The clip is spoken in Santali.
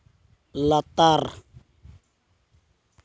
ᱞᱟᱛᱟᱨ